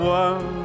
one